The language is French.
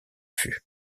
fût